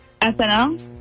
SNL